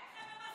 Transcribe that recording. כן.